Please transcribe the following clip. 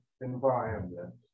environment